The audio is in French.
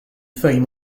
feuille